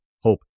Hope